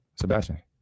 Sebastian